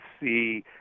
see